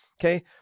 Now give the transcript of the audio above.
Okay